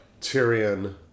Tyrion